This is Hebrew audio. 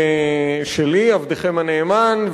עבדכם הנאמן,